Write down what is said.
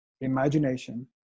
imagination